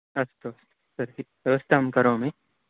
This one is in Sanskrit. अस्तु तर्हि व्यवस्थां करोमि